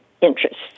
interests